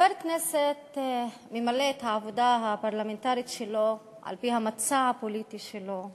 חבר כנסת ממלא את העבודה הפרלמנטרית שלו על-פי המצע הפוליטי שלו,